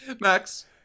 Max